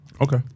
Okay